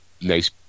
nice